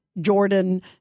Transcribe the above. Jordan